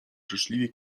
życzliwie